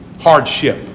hardship